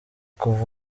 kuva